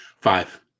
Five